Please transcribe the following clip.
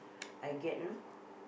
I get you know